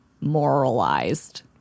moralized